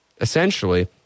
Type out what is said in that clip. essentially